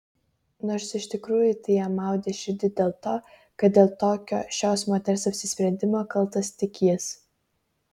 nors iš tikrųjų tai jam maudė širdį dėl to kad dėl tokio šios moters apsisprendimo kaltas tik jis